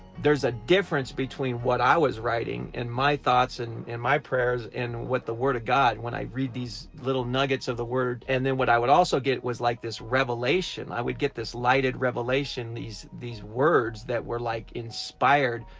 there's a difference between what i was writing and my thoughts and and my prayers and what the word of god, when i read these little nuggets of the word. and then what i would also get was like this revelation, i would get this lighted revelation, these these words that were like inspired,